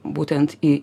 būtent į